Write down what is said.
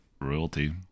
Royalty